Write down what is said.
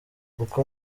uko